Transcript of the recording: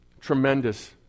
Tremendous